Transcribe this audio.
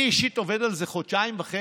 אני אישית עובד על זה חודשיים וחצי,